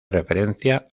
referencia